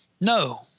No